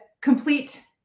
complete